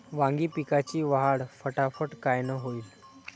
वांगी पिकाची वाढ फटाफट कायनं होईल?